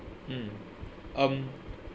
mm um